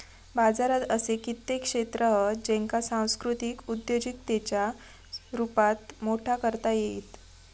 बाजारात असे कित्येक क्षेत्र हत ज्येंका सांस्कृतिक उद्योजिकतेच्या रुपात मोठा करता येईत